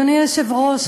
אדוני היושב-ראש,